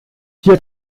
hier